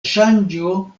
ŝanĝo